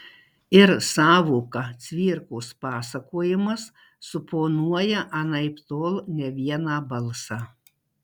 ir sąvoka cvirkos pasakojimas suponuoja anaiptol ne vieną balsą